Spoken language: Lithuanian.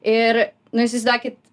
ir naįsivaizduokit